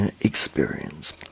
experience